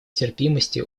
терпимости